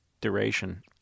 duration